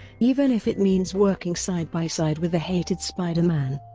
even if it means working side-by-side with the hated spider-man.